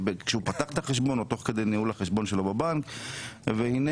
כשהוא פתח את החשבון או תוך כדי ניהול החשבון שלו בבנק והנה